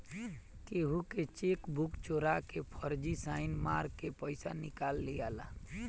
केहू के चेकबुक चोरा के फर्जी साइन मार के पईसा निकाल लियाला